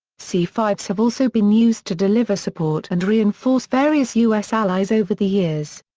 c five s have also been used to deliver support and reinforce various us allies over the years.